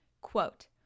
quote